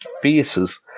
faces